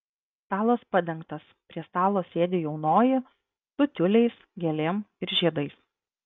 stalas padengtas prie stalo sėdi jaunoji su tiuliais gėlėm ir žiedais